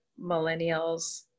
millennials